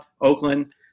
Oakland